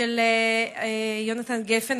של יהונתן גפן.